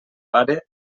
pare